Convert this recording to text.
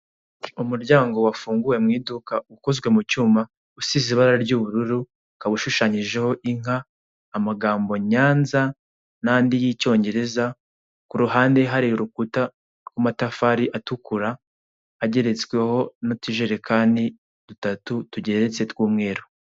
Umuryango wafunguwe mu iduka ukozwe mu cyuma usize ibara ry'ubururu, ukaba ushushanyijeho inka, amagambo Nyanza n'andi y'icyongereza. Kuruhande hari urukuta rw'amatafari atukura ageretsweho n'utujerekani dutatu tugeretse tw'umweru.